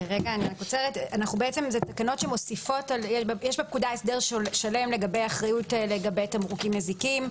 יש בפקודה הסדר שלם לגבי אחריות לגבי תמרוקים מזיקים,